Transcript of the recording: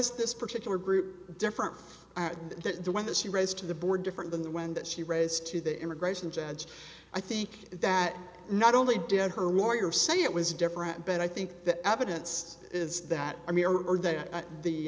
is this particular group different than the one that she raised to the board different than the when that she rose to the immigration judge i think that not only did her lawyer say it was different but i think the evidence is that